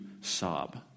sob